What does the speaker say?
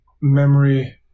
memory